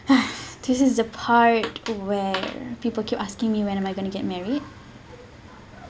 !hais! this is the part where people keep asking me when am I going to get married